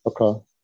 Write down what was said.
Okay